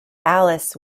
alice